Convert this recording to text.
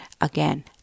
Again